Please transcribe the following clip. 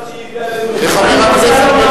חבר הכנסת בן-ארי.